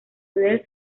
del